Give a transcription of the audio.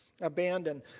abandoned